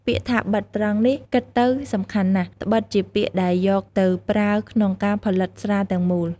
ពាក្យថា «បិត» ត្រង់នេះ គិតទៅសំខាន់ណាស់ ដ្បិតជាពាក្យដែលយកទៅប្រើក្នុងការផលិតស្រាទាំងមូល។